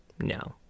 No